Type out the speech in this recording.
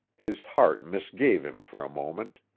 his heart misgave him for a moment.